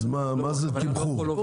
אז מה זה תמחור?